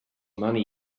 money